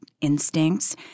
instincts